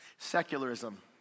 Secularism